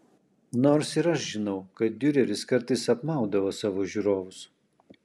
nors ir aš žinau kad diureris kartais apmaudavo savo žiūrovus